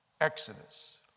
Exodus